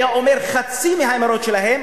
היה אומר חצי מהאמירות שלהם,